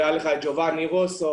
היה לך את ג'ובאני רוסו.